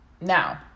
Now